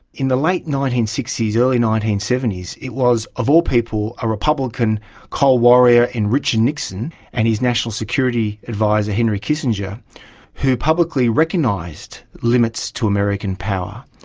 in the late nineteen sixty s, early nineteen seventy s it was, of all people, a republican cold warrior in richard nixon and his national security adviser henry kissinger who publicly recognised limits to american power.